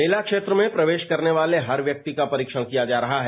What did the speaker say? मेला क्षेत्र में प्रवेश करने वाले हर व्यक्ति का परीक्षण किया जा रहा है